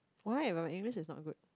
why but my English is not good